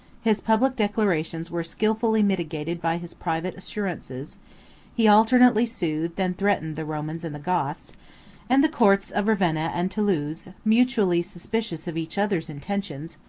his public declarations were skilfully mitigated by his private assurances he alternately soothed and threatened the romans and the goths and the courts of ravenna and thoulouse, mutually suspicious of each other's intentions,